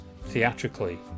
theatrically